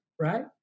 Right